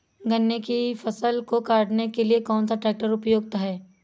गन्ने की फसल को काटने के लिए कौन सा ट्रैक्टर उपयुक्त है?